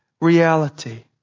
reality